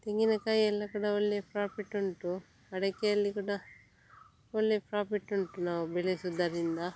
ತೆಂಗಿನ ಕಾಯಿ ಎಲ್ಲ ಕೂಡ ಒಳ್ಳೆ ಪ್ರಾಫಿಟ್ ಉಂಟು ಅಡಿಕೆಯಲ್ಲಿ ಕೂಡ ಒಳ್ಳೆಯ ಪ್ರಾಫಿಟ್ ಉಂಟು ನಾವು ಬೆಳೆಸುವುದರಿಂದ